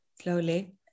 slowly